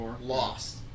lost